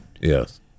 Yes